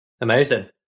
Amazing